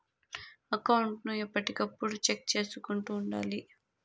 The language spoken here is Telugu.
అకౌంట్ ను ఎప్పటికప్పుడు చెక్ చేసుకుంటూ ఉండాలి